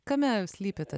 kame slypi tas